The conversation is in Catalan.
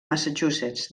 massachusetts